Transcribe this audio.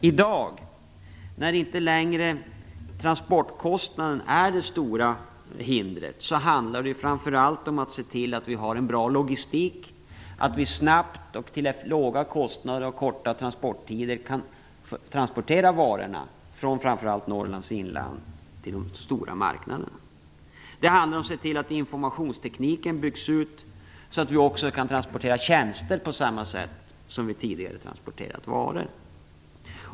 I dag, när inte längre transportkostnaden är det stora hindret, handlar det framför allt om att se till att vi har en bra logistik, att vi snabbt, till låga kostnader och med korta transporttider kan transportera varorna från framför allt Norrlands inland till de stora marknaderna. Det handlar om att se till att informationstekniken byggs ut så att vi också kan transportera tjänster på samma sätt som vi tidigare transporterat varor.